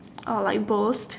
oh like boast